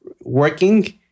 working